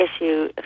issue